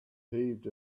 heaved